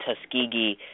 Tuskegee